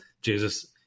Jesus